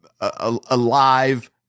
alive